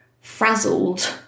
frazzled